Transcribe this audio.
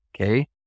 Okay